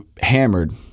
hammered